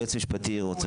היועץ המשפטי רוצה.